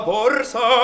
borsa